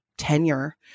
tenure